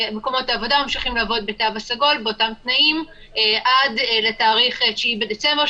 מקומות העבודה ממשיכים לעבוד בתו הסגול באותם תנאים עד לתאריך 9 בדצמבר,